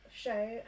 Show